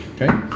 Okay